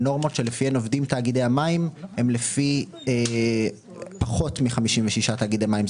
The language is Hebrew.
הנורמות שלפיהן עובדים תאגידי המים הן לפי פחות מ-56 תאגידי מים,